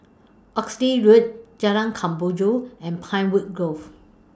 Oxley Road Jalan Kemboja and Pinewood Grove